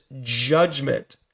judgment